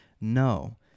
no